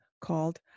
called